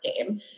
game